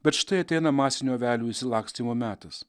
bet štai ateina masinio avelių išsilakstymo metas